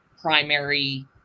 primary